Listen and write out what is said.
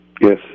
Yes